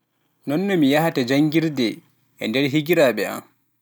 Non no mi yahata janngirde, e nder higiraaɓe am.